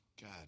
God